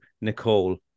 Nicole